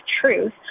truth